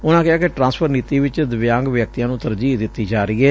ਉਨਾਂ ਕਿਹਾ ਕਿ ਟਰਾਂਸਫਰ ਨੀਤੀ ਵਿੱਚ ਦਿਵਿਆਂਗ ਵਿਅਕਤੀਆਂ ਨੂੰ ਤਰਜੀਹ ਦਿੱਤੀ ਜਾ ਰਹੀ ਏ